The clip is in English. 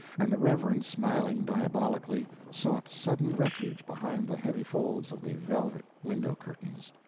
and the reverend, smiling diabolically, sought sudden refuge behind the heavy folds of the velvet window-curtains.